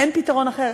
אין פתרון אחר,